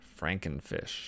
Frankenfish